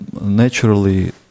naturally